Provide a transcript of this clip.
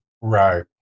Right